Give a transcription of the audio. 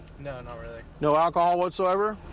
no, not really. no alcohol whatsoever?